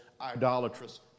idolatrous